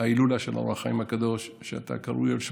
ההילולה של אור החיים הקדוש, שאתה קרוי על שמו.